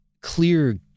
clear